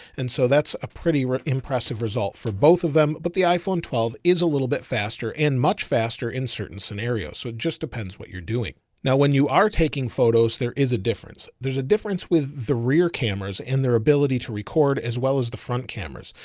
and so that's a pretty impressive result for both of them, but the iphone twelve is a little bit faster and much faster in certain scenarios. so it just depends what you're doing. now, when you are taking photos, there is a difference. there's a difference with the rear cameras and their ability to record as well as the front cameras.